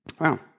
Wow